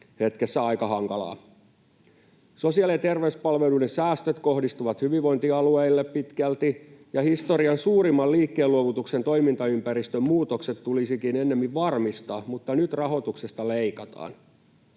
hetkessä aika hankalaa. Sosiaali- ja terveyspalveluiden säästöt kohdistuvat pitkälti hyvinvointialueille. Historian suurimman liikkeenluovutuksen toimintaympäristön muutokset tulisikin ennemmin varmistaa, mutta nyt rahoituksesta leikataan.